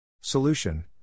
Solution